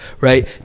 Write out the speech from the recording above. right